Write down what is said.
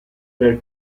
per